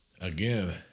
again